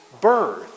birth